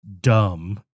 dumb